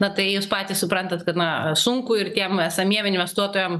na tai jūs patys suprantat kad na sunku ir tiem esamiem investuotojam